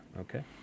Okay